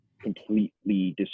completely